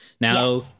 now